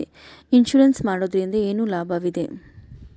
Insurance ಮಾಡೋದ್ರಿಂದ ಏನು ಲಾಭವಿರುತ್ತದೆ?